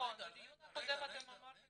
בדיונים קודמים הם אמרו שהם מתקנים.